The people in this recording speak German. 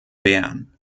bern